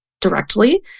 directly